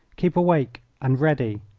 keep awake and ready!